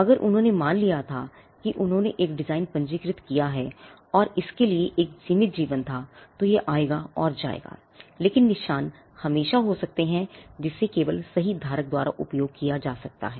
अगर उन्होंने मान लिया था कि उन्होंने एक डिजाइन पंजीकृत किया है और इसके लिए एक सीमित जीवन था तो यह आएगा और जाएगा लेकिन निशान हमेशा हो सकता है जिसे केवल सही धारक द्वारा उपयोग किया जा सकता है